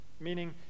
meaning